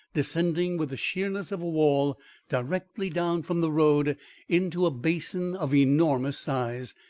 descending with the sheerness of a wall directly down from the road into a basin of enormous size,